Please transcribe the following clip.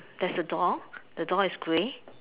there's a door the door is grey